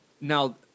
now